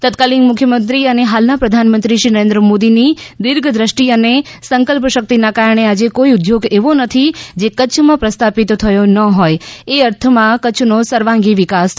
તત્કાલીન મુખ્યમંત્રી અને હાલના પ્રધાનમંત્રીશ્રી નરેન્દ્રભાઇ મોદીની દિર્ધદ્રષ્ટિ અને સંકલ્પશક્તિના કારણે આજે કોઇ ઉદ્યોગ એવો નથી જે કચ્છમાં પ્રસ્થાપિત થયો ન હોય એ અર્થમાં કચ્છનો સર્વાંગી વિકાસ થયો છે